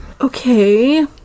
Okay